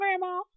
grandma